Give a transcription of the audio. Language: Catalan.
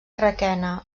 requena